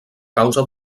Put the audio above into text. causa